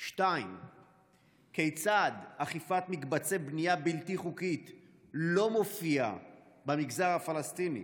2. כיצד אכיפת מקבצי בנייה בלתי חוקית לא מופיעה במגזר הפלסטיני?